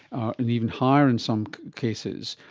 and even higher in some cases.